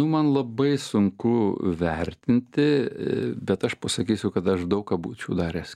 man labai sunku vertinti bet aš pasakysiu kad aš daug ką būčiau daręs